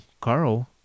Carl